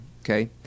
okay